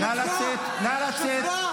חבר הכנסת טופורובסקי.